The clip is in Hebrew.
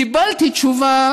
קיבלתי תשובה